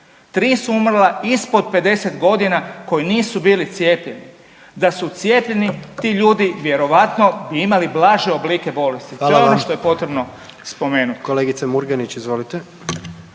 3 su umrla ispod 50 godina koja nisu bili cijepljeni. Da su cijepljeni, ti ljudi vjerovatno bi imali blaže oblike bolesti, .../Upadica: Hvala vam./... to je ono što je potrebno spomenuti.